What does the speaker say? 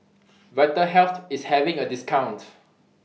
Vitahealth IS having A discount